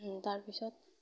তাৰপিছত